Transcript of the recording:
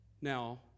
Now